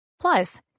Plus